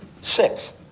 Six